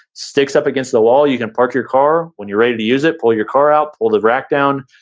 sticks up against the wall. you can park your car when you're ready to use it, pull your car out, pull the rack down,